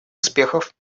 успехов